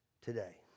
today